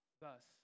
Thus